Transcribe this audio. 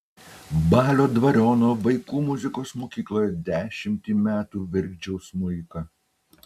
balio dvariono vaikų muzikos mokykloje dešimtį metų virkdžiau smuiką